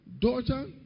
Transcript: daughter